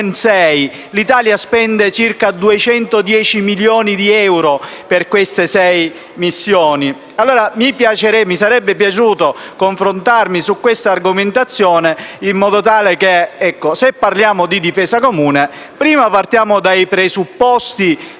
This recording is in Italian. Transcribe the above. l'Italia spende circa 210 milioni di euro per queste sei missioni. Mi sarebbe piaciuto confrontarmi su questa argomentazione, in modo tale che, se parliamo di difesa comune, prima partiamo dai presupposti